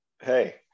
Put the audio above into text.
Hey